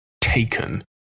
taken